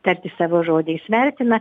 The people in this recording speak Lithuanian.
tarti savo žodį jis vertina